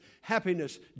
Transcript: happiness